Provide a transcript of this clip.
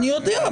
אני יודע.